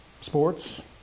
sports